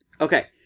Okay